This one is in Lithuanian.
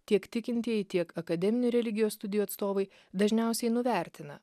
tiek tikintieji tiek akademinių religijos studijų atstovai dažniausiai nuvertina